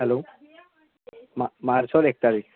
hello মাৰ্চৰ এক তাৰিখ